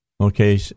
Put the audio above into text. okay